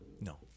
No